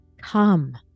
Come